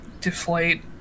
deflate